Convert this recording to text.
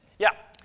yeah.